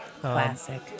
classic